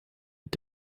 mit